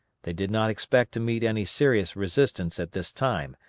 they did not expect to meet any serious resistance at this time,